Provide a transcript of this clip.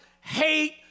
hate